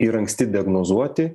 ir anksti diagnozuoti